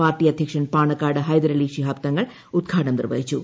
party അധ്യക്ഷൻ പാണക്കാട് ഹൈദരാലി ശിഹാബ് തങ്ങൾ ഉദ്ഘാടനം നിർവ്വഹിച്ചു